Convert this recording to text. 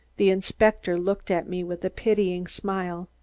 the inspector looked at me with a pitying smile.